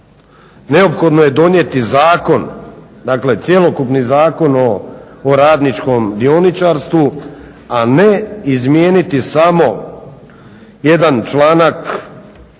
neophodno je donijeti zakon, dakle cjelokupni Zakon o radničkom dioničarstvu, a ne izmijeniti samo jedan članak